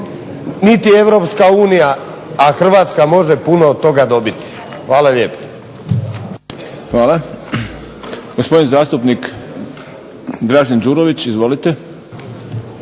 niti europska unija a Hrvatska može puno toga dobiti. Hvala lijepo. **Šprem, Boris (SDP)** Hvala. Gospodin zastupnik Dražen Đurović. Izvolite.